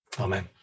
Amen